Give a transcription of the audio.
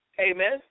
Amen